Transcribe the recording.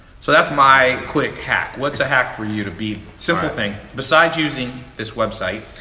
so, that's my quick hack. what's a hack for you to be, simple things, besides using this website?